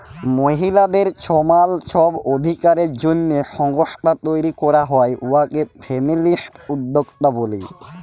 মহিলাদের ছমাল ছব অধিকারের জ্যনহে সংস্থা তৈরি ক্যরা হ্যয় উয়াকে ফেমিলিস্ট উদ্যক্তা ব্যলি